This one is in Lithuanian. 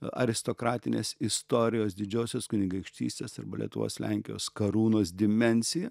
aristokratinės istorijos didžiosios kunigaikštystės arba lietuos lenkijos karūnos dimensiją